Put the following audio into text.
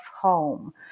home